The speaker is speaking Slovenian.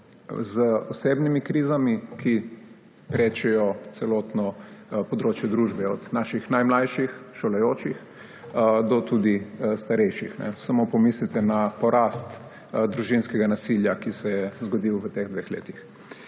z osebnimi krizami, ki prečijo celotno področje družbe, od naših najmlajših, šolajočih se do tudi starejših. Samo pomislite na porast družinskega nasilja, ki se je zgodil v teh dveh letih.